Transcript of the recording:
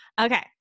Okay